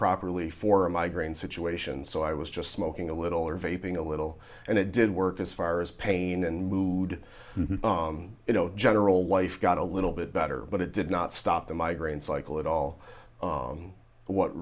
properly for a migraine situation so i was just smoking a little of a thing a little and it did work as far as pain and mood you know general life got a little bit better but it did not stop the migraine cycle at all but what